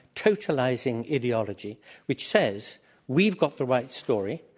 totalizing ideology which says we've got the right story,